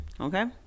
okay